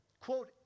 Quote